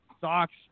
socks